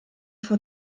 vor